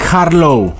Harlow